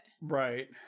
Right